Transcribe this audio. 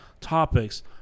topics